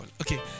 okay